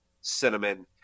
cinnamon